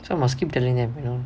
so I must keep telling them wait ah